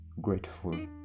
grateful